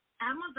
Amazon